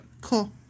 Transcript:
cool